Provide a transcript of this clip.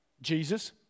Jesus